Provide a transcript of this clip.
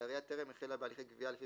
והעירייה טרם החלה בהליכי גביה לפי